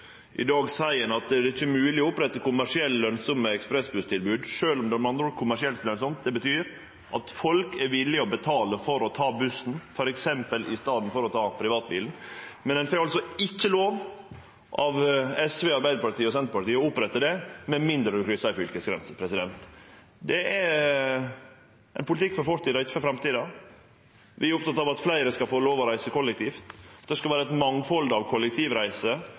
I dag seier ein at det ikkje er mogleg å opprette kommersielle, lønsame ekspressbusstilbod sjølv om det er kommersielt lønsamt. Det betyr at folk er villige til å betale for å ta bussen f.eks. i staden for å ta privatbilen, men ein får ikkje lov av SV, Arbeiderpartiet og Senterpartiet til å opprette det med mindre ein kryssar ei fylkesgrense. Det er ein politikk for fortida, ikkje for framtida. Vi er opptekne av at fleire skal få lov til å reise kollektivt, at det skal vere eit mangfald av